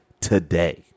Today